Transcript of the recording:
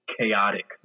chaotic